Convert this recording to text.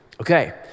Okay